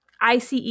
ICE